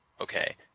Okay